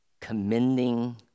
commending